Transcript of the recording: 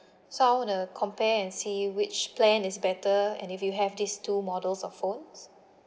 so I wanna compare and see which plan is better and if you have these two models of phones